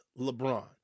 lebron